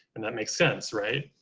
and that makes sense, right?